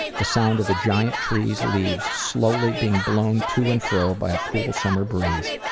the sound of the giant tree's leaves slowly being blown to and fro by a cool summer breeze.